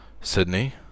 Sydney